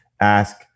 ask